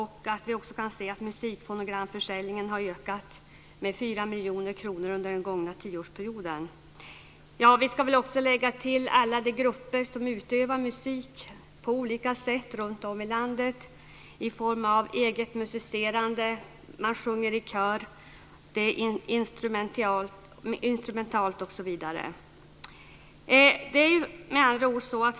Vi kan också se att musikfonogramförsäljningen har ökat med Vi ska väl också lägga till alla de grupper som utövar musik på olika sätt runtom i landet i form av eget musicerande, körsång, instrumental musik osv.